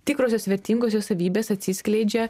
tikrosios vertingosios savybės atsiskleidžia